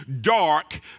dark